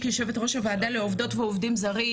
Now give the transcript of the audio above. כיו"ר הוועדה לעובדות ועובדים זרים,